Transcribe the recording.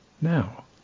Now